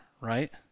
right